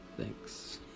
thanks